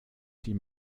sie